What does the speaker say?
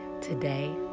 Today